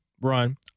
run